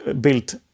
built